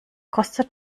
kostet